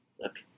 Look